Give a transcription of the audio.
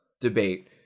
debate